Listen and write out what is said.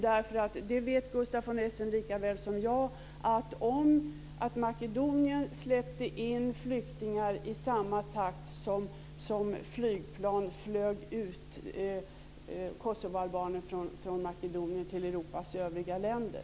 Gustaf von Essen vet likaväl som jag att Makedonien släppte in flyktingar i samma takt som flygplan flög ut kosovoalbaner från Makedonien till Europas övriga länder.